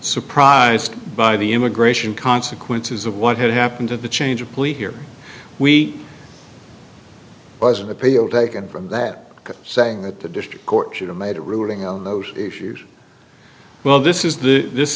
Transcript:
surprised by the immigration consequences of what had happened to the change of police here we was an appeal taken from that saying that the district court should have made a ruling on those issues well this is the this